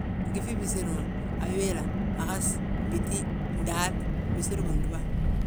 Gyíŧi bisiri ma awéla, ahas, bíti, daal, bisiri bindúba.